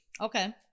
Okay